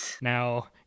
Now